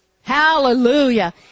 Hallelujah